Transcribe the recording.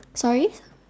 sorry